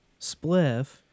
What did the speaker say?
spliff